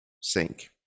sink